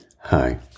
Hi